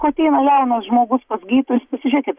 kai ateina jaunas žmogus pas gydytojus pasižiūrėkit